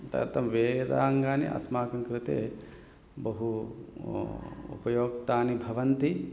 तदर्थं वेदाङ्गानि अस्माकं कृते बहु उपयुक्तानि भवन्ति